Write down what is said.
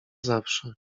zawsze